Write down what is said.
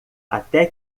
até